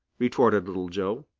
retorted little joe.